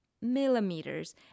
millimeters